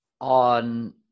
on